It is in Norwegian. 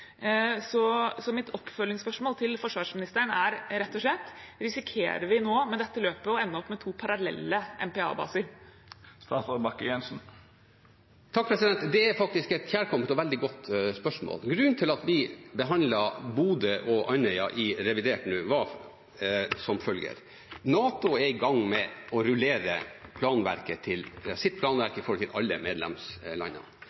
så mitt oppfølgingsspørsmål til forsvarsministeren er rett og slett: Risikerer vi nå med dette løpet å ende opp med to parallelle MPA-baser? Det er faktisk et kjærkomment og veldig godt spørsmål. Grunnen til at vi behandlet Bodø og Andøya i revidert nå, var som følger: NATO er i gang med å rullere sitt planverk opp mot alle medlemslandene. Det gjør at vi har behov for å rullere vårt nasjonale planverk